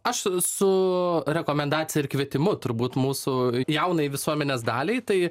aš su rekomendacija ir kvietimu turbūt mūsų jaunai visuomenės daliai tai